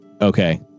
Okay